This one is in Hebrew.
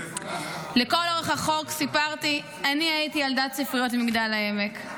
לכל אורך החוק סיפרתי: אני הייתי ילדה ספריות במגדל העמק.